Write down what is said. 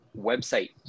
website